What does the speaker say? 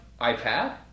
iPad